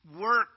work